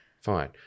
Fine